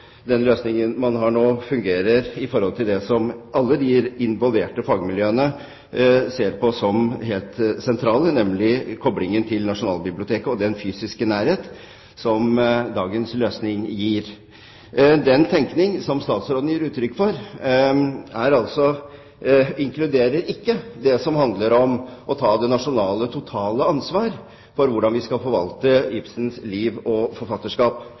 alle de involverte fagmiljøene ser på som det helt sentrale, nemlig koblingen til Nasjonalbiblioteket og den fysiske nærhet, noe som altså dagens løsning gir. Den tenkning som statsråden gir uttrykk for, inkluderer ikke det som handler om å ta det totale nasjonale ansvar for hvordan vi skal forvalte Ibsens liv og forfatterskap.